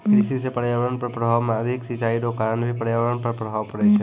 कृषि से पर्यावरण पर प्रभाव मे अधिक सिचाई रो कारण भी पर्यावरण पर प्रभाव पड़ै छै